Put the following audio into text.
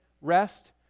rest